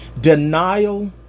denial